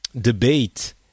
debate